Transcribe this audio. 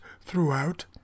throughout